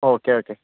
okay okay